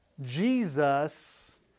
Jesus